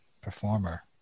performer